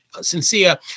sincere